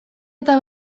eta